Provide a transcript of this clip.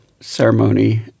ceremony